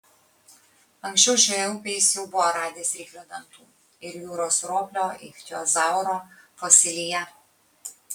anksčiau šioje upėje jis jau buvo radęs ryklio dantų ir jūros roplio ichtiozauro fosiliją